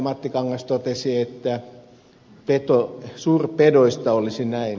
matti kangas totesi että suurpedoista olisi näin